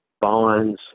bonds